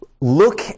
look